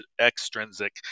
extrinsic